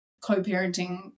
co-parenting